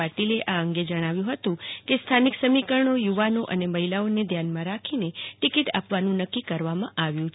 પાટીલે આ અંગે જણાવ્યુ હતું કે સ્થાનિક સમીકરણો થુ વાનો અને મહિલાઓને ધ્યાનમાં રાખીને ટીકીટ આપવાનું નક્કી કરવામાં આવ્યું છે